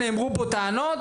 נאמרו פה טענות,